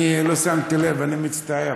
אני לא שמתי לב, אני מצטער.